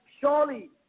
surely